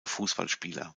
fußballspieler